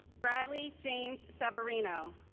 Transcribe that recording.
bradley james severino